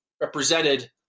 represented